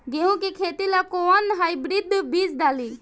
गेहूं के खेती ला कोवन हाइब्रिड बीज डाली?